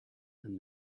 and